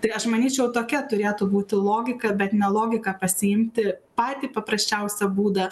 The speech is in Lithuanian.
tai aš manyčiau tokia turėtų būti logika bet ne logika pasiimti patį paprasčiausią būdą